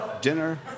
dinner